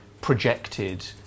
projected